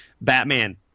Batman